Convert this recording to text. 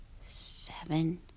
seven